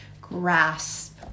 grasp